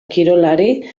kirolari